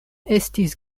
estis